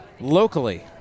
Locally